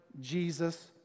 Jesus